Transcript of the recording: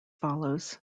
follows